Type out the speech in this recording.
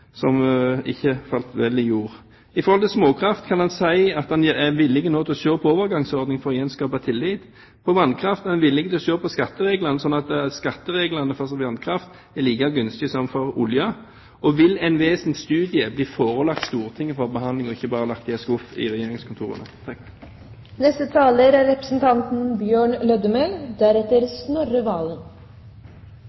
som ikke falt i god jord? I forhold til småkraft: Kan han si at han nå er villig til å se på en overgangsordning for å gjenskape tillit? På vannkraft: Er han villig til å se på skattereglene, slik at skattereglene for vannkraft er like gunstige som for olje? Og vil NVEs studie bli forelagt Stortinget til behandling og ikke bare bli lagt i en skuff i regjeringskontorene?